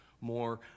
more